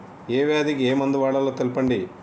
ఏ వ్యాధి కి ఏ మందు వాడాలో తెల్పండి?